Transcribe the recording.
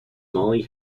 molly